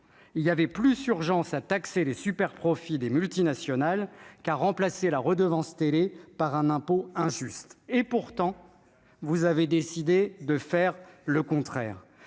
il y avait plus urgence à taxer les superprofits des multinationales qu'à remplacer la « redevance télé » par un impôt injuste. Pourtant, vous avez décidé de faire le contraire.